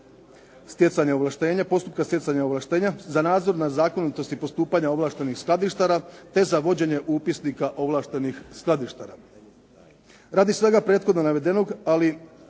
postupka stjecanja ovlaštenja za nadzor nad zakonitosti postupanja ovlaštenih skladištara, te za vođenje upisnika ovlaštenih skladištara. Radi svega prethodno navedenog, ali